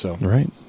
Right